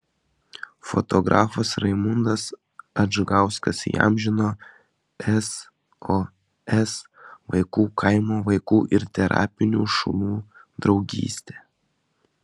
fotografas raimundas adžgauskas įamžino sos vaikų kaimo vaikų ir terapinių šunų draugystę